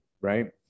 Right